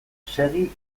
segi